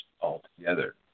altogether